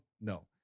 no